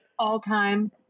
all-time